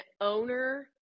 owner